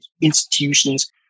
institutions